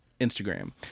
Instagram